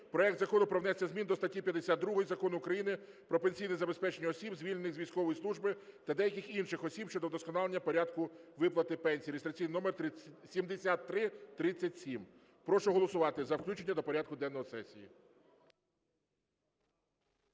проект Закону про внесення змін до статті 52 Закону України "Про пенсійне забезпечення осіб, звільнених з військової служби, та деяких інших осіб" щодо вдосконалення порядку виплати пенсій (реєстраційний номер 7337). Прошу голосувати за включення до порядку денного сесії.